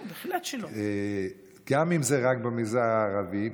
גם אם זה "רק" במגזר הערבי.